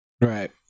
Right